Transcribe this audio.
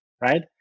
right